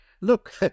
Look